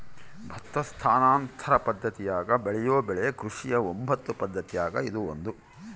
ಭತ್ತ ಸ್ಥಾನಾಂತರ ಪದ್ದತಿಯಾಗ ಬೆಳೆಯೋ ಬೆಳೆ ಕೃಷಿಯ ಒಂಬತ್ತು ಪದ್ದತಿಯಾಗ ಇದು ಒಂದು